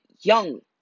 young